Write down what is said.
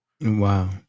Wow